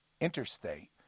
interstate